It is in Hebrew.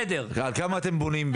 על כמה אתם בונים,